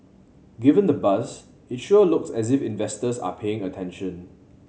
given the buzz it sure looks as if investors are paying attention